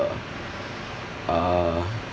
uh uh